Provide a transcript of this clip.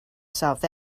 south